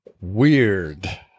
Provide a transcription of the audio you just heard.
weird